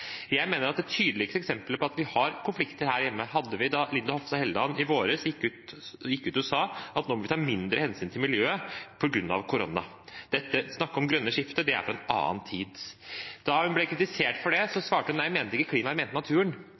mener at dette er å gå i gal retning. Det tydeligste eksemplet på at vi har konflikter her hjemme, var da Linda Hofstad Helleland i vår gikk ut og sa at nå må vi ta mindre hensyn til miljøet på grunn av korona, at det å snakke om det grønne skiftet, er fra en annen tid. Da hun ble kritisert for det, svarte hun: Nei, jeg mente ikke klimaet, jeg mente naturen.